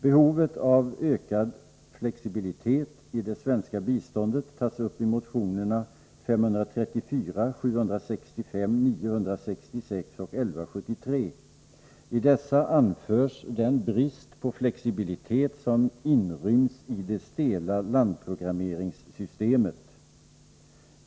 Behovet av ökad flexibilitet i det svenska biståndet tas upp i motionerna 534, 765, 966 och 1173. I dessa pekas på den brist på flexibilitet som inryms i det stela landprogrammeringssystemet.